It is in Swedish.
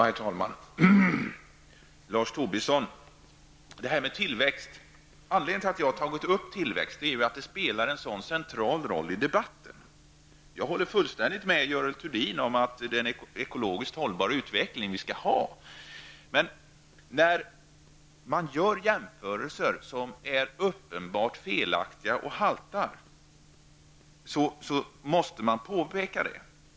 Herr talman! Anledningen till att jag har tagit upp detta med tillväxt, Lars Tobisson, är att det spelar en central roll i debatten. Jag håller fullständigt med Görel Thurdin om att vi skall ha en ekologiskt hållbar utveckling. När man gör jämförelser som är uppenbart felaktiga och som haltar måste det påpekas.